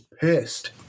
pissed